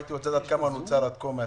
הייתי רוצה לדעת כמה נוצל עד כה מהתקציב,